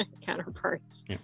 counterparts